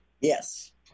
Yes